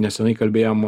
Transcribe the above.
nesenai kalbėjom